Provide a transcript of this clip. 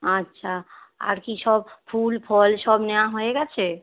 আচ্ছা আর কি সব ফুল ফল সব নেওয়া হয়ে গিয়েছে